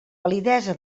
validesa